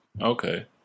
Okay